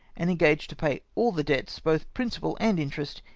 and engage to pay all the debts, both principal and interest,